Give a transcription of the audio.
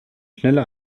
schnelle